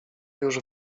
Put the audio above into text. już